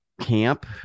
camp